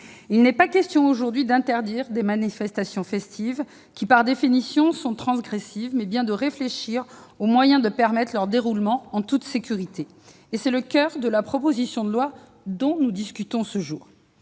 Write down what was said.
Il n'est pas question aujourd'hui d'interdire des manifestations festives, par définition transgressives ; il s'agit bien plutôt de réfléchir aux moyens de permettre leur déroulement en toute sécurité. C'est le coeur de la proposition de loi que nous discutons aujourd'hui.